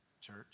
church